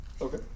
Okay